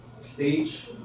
stage